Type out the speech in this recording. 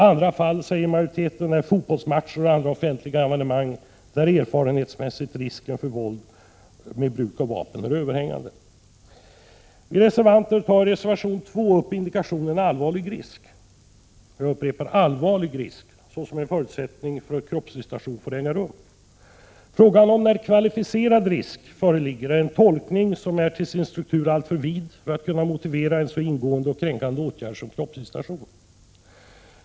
Andra fall, säger majoriteten, är fotbollsmatcher och andra offentliga evenemang, där erfarenhetsmässigt risken för våld med bruk av vapen är överhängande. Vi reservanter tar i reservation 2 upp indikationen allvarlig risk såsom en förutsättning för att kroppsvisitation får äga rum. Frågan om när kvalificerad risk föreligger är en tolkning som till sin struktur är alltför vid för att kunna motivera en så ingående och kränkande åtgärd som kroppsvisitation.